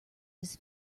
his